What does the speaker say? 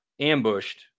ambushed